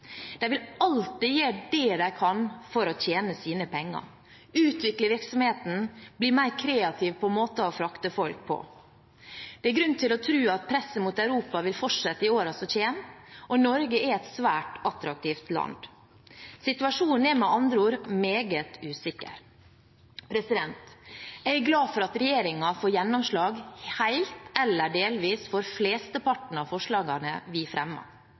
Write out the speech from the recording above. De vil alltid gjøre det de kan for å tjene sine penger, utvikle virksomheten og bli mer kreativ i måter å frakte folk på. Det er grunn til å tro at presset mot Europa vil fortsette i årene som kommer, og Norge er et svært attraktivt land. Situasjonen er med andre ord meget usikker. Jeg er glad for at regjeringen får gjennomslag helt eller delvis for flesteparten av forslagene vi fremmer.